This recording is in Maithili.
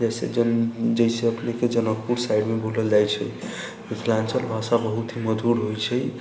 जैसे जन अपने के जनकपुर साइडमे बोलल जाइ छै मिथिलाञ्चल भाषा बहुत ही मधुर होइ छै